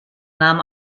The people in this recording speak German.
nahm